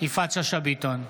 יפעת שאשא ביטון,